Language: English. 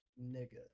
nigga